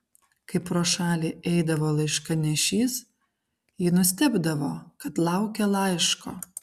kai pro šalį eidavo laiškanešys ji nustebdavo kad laukia laiško